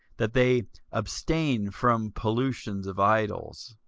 that they abstain from pollutions of idols,